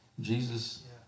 Jesus